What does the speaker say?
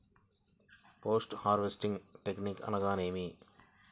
Post harvesting technique అనగా నేమి?